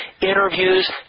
interviews